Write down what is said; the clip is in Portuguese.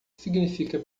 significa